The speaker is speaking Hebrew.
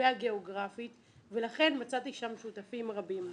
והגיאוגרפית ולכן מצאתי שם שותפים רבים.